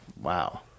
wow